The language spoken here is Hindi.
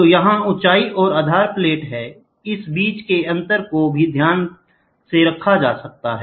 तो यहाँ ऊँचाई और आधार प्लेट है इस बीच के अंतर को भी ध्यान रखा जा सकता है